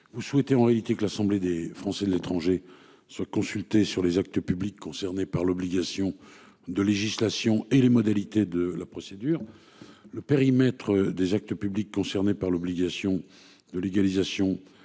Vous souhaitez en réalité que l'Assemblée des Français de l'étranger soient consultés sur les actes publics concernés par l'obligation de législation et les modalités de la procédure.